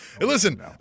Listen